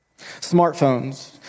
Smartphones